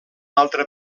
altre